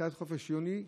בתחילת חודש יוני.